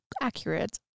accurate